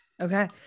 Okay